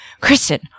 Kristen